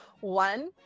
One